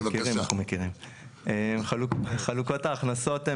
חלוקות ההכנסות,